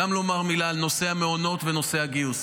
לומר מילה גם על נושא המעונות ונושא הגיוס.